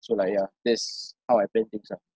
so like ya that's how I plan things ah